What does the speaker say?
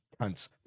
cunts